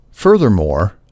Furthermore